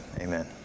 amen